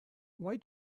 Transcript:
why